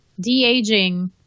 de-aging